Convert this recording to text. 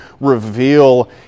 reveal